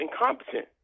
incompetent